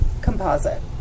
Composite